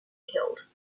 killed